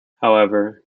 however